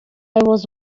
was